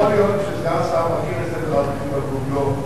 יכול להיות שסגן השר מכיר את ספר התקציב על בוריו.